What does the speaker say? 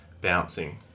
bouncing